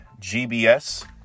GBS